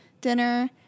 dinner